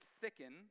thicken